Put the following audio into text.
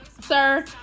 Sir